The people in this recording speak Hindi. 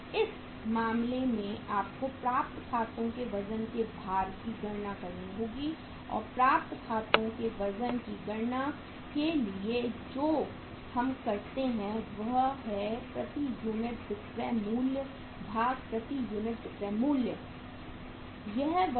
तो इस मामले में आपको प्राप्त खातों के वजन के भार की गणना करनी होगी और प्राप्त खातों के वजन की गणना के लिए जो हम करते वह हैं प्रति यूनिट विक्रय मूल्य भाग प्रति यूनिट विक्रय मूल्य